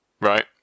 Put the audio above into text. Right